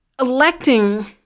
electing